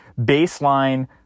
baseline